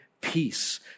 peace